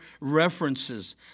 references